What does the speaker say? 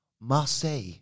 Marseille